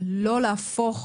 לא להפוך